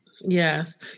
Yes